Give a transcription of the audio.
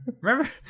Remember